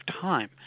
time